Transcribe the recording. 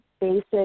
basic